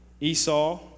Esau